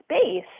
space